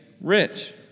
rich